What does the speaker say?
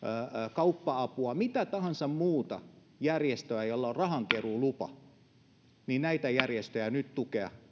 kauppa apua mitä tahansa järjestöä jolla on rahankeruulupa näitä järjestöjä täytyy nyt tukea